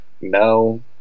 no